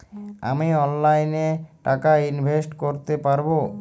আমি অনলাইনে টাকা ইনভেস্ট করতে পারবো?